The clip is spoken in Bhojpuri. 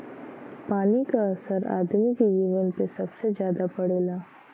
पानी क असर आदमी के जीवन पे सबसे जादा पड़ला